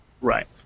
Right